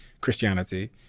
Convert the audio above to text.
Christianity